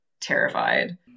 terrified